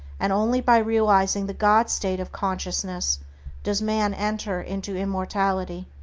and only by realizing the god state of consciousness does man enter into immortality.